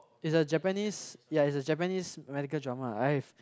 is the Japanese yeah is the Japanese medical drama I've